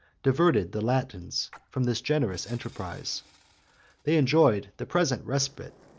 diverted the latins from this generous enterprise they enjoyed the present respite,